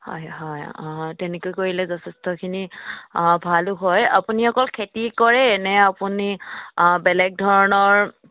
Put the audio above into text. হয় হয় অঁ তেনেকৈ কৰিলে যথেষ্টখিনি ভালো হয় আপুনি অকল খেতি কৰে নে আপুনি বেলেগ ধৰণৰ